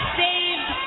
saved